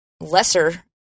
lesser